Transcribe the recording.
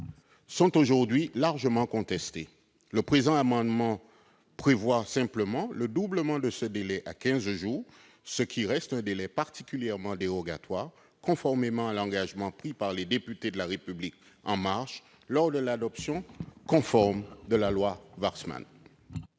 sont aujourd'hui largement contestés. Le présent amendement vise simplement le doublement de ce délai à quinze jours, ce qui reste une durée particulièrement dérogatoire, conformément à l'engagement pris par les députés de La République En Marche lors de l'adoption conforme de la loi Warsmann.